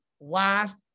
last